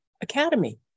Academy